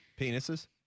penises